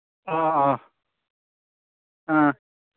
ꯑꯥ ꯑꯥ ꯑꯥ